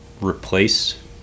replace